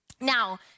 now